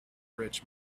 rich